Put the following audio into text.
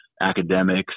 academics